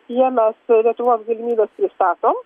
jiem mes lietuvos gyvybes pristatom